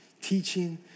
teaching